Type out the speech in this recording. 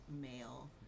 male